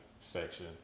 section